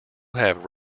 have